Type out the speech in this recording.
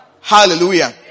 Hallelujah